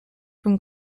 from